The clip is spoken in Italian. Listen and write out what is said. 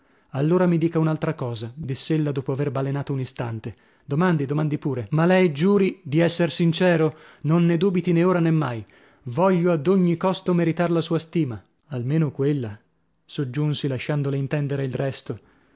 allora mi dica un'altra cosa diss'ella dopo aver balenato un'istante domandi domandi pure ma lei giuri di esser sincero non ne dubiti nè ora nè mai voglio ad ogni costo meritar la sua stima almeno quella soggiunsi lasciandole intendere il resto